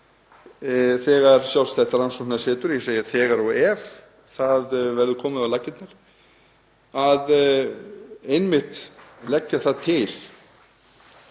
þegar sjálfstætt rannsóknasetur, ég segi þegar og ef, verður komið á laggirnar, að leggja það til